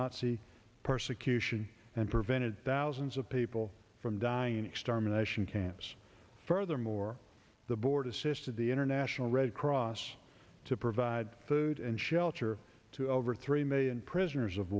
nazi persecution and prevented thousands of people from dying in extermination camps furthermore the board assisted the international red cross to provide food and shelter to over three million prisoners of